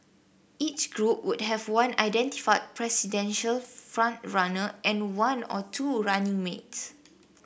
each group would have one identified presidential front runner and one or two running mates